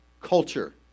culture